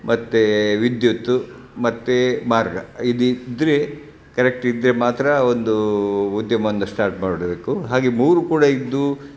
ಮತ್ತು ವಿದ್ಯುತ್ ಮತ್ತು ಮಾರ್ಗ ಇದಿದ್ದರೆ ಕರೆಕ್ಟ್ ಇದ್ದರೆ ಮಾತ್ರ ಒಂದು ಉದ್ಯಮವನ್ನು ಸ್ಟಾರ್ಟ್ ಮಾಡಬೇಕು ಹಾಗೆ ಮೂರು ಕೂಡ ಇದ್ದು